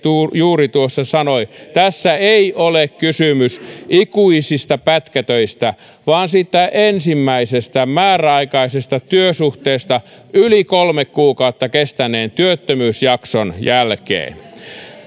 juuri sanoi tässä ei ole kysymys ikuisista pätkätöistä vaan siitä ensimmäisestä määräaikaisesta työsuhteesta yli kolme kuukautta kestäneen työttömyysjakson jälkeen